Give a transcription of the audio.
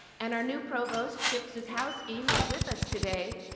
and our new provost, chip zukowski who was with us today,